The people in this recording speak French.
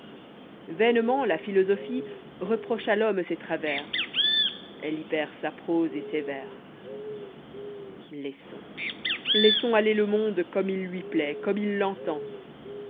vainement la philosophie reproche à l'homme ses travers elle y perd sa prose et ses vers laissons laissons aller le munde comme il lurplaît comme il l'entend